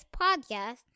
podcast